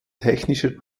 technischer